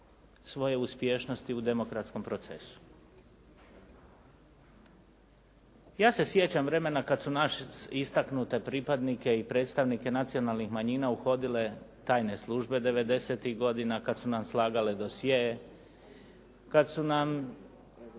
svoje uspješnosti u demokratskom procesu. Ja se sjećam vremena kada su naše istaknute pripadnike i predstavnike nacionalnih manjina uhodile tajne službe '90-ih godina, kada su nam slagale dosje, kada su nam